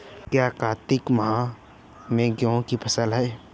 क्या कार्तिक मास में गेहु की फ़सल है?